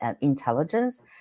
intelligence